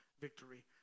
victory